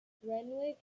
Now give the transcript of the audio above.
renwick